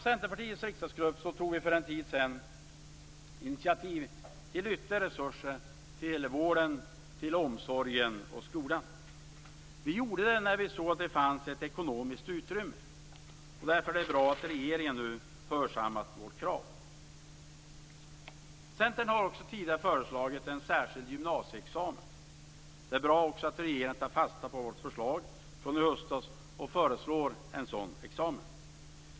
Centerpartiets riksdagsgrupp tog för en tid sedan initiativ till ytterligare resurser till vården, omsorgen och skolan. Vi gjorde det när vi såg att det fanns ett ekonomiskt utrymme. Därför är det bra att regeringen nu hörsammat vårt krav. Centern har också tidigare föreslagit en särskild gymnasieexamen. Det är bra att regeringen tar fasta på vårt förslag från i höstas och föreslår en sådan examen.